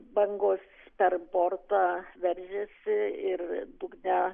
bangos per bortą veržėsi ir dugne